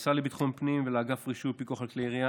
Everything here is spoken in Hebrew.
והמשרד לביטחון פנים ולאגף רישוי ופיקוח על כלי ירייה